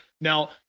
now